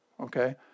Okay